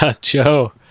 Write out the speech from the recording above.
Joe